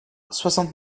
soixante